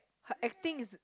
her acting is